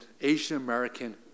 Asian-American